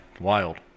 wild